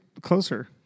closer